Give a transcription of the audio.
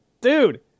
dude